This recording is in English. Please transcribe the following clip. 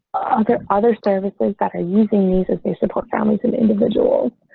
are there other services that are using these as they support families and individual